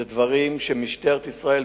אלה דברים שמשטרת ישראל,